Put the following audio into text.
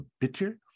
bitter